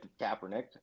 Kaepernick